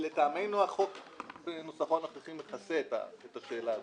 לטעמנו החוק בנוסחו הנוכחי מכסה את השאלה הזאת,